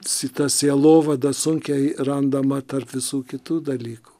syta sielovada sunkiai randama tarp visų kitų dalykų